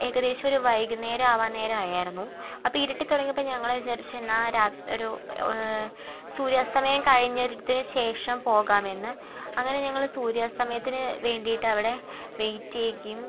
ഏകദേശം ഒരു വൈകുന്നേരം ആവാൻ നേരമായിരുന്നു അപ്പം ഇരുട്ടി തുടങ്ങിയപ്പോൾ ഞങ്ങൾ വിചാരിച്ചു എന്നാൽ രാതി ഒരു സൂര്യസ്തമയം കഴിഞ്ഞ ഒരിടത്ത് ശേഷം പോകാമെന്ന് അങ്ങനെ ഞങ്ങൾ സൂര്യാസ്തമയത്തിന് വേണ്ടിയിട്ട് അവിടെ വെയിറ്റ് ചെയ്യുകയും